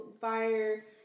fire